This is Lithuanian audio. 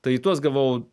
tai į tuos gavau